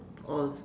oh